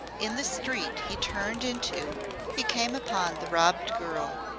in the street he turned into he came upon the robbed girl,